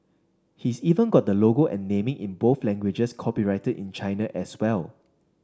he's even got the logo and naming in both languages copyrighted in China as well